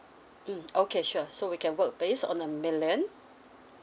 mm okay sure so we can work base on a million